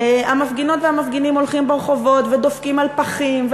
המפגינות והמפגינים הולכים ברחובות ודופקים על פחים,